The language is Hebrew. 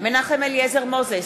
מנחם אליעזר מוזס,